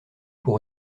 pour